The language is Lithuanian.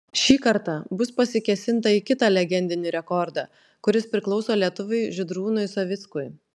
šį kartą bus pasikėsinta į kitą legendinį rekordą kuris priklauso lietuviui žydrūnui savickui